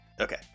Okay